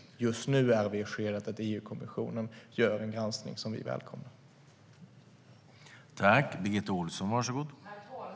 Just nu är vi i skedet att EU-kommissionen gör den granskning som vi välkomnar.